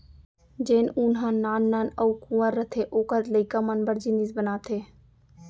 जेन ऊन ह नान नान अउ कुंवर रथे ओकर लइका मन बर जिनिस बनाथे